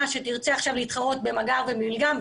שתרצה עכשיו להתחרות במיגער ומילגם,